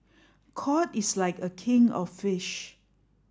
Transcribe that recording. cod is like a king of fish